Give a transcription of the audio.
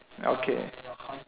okay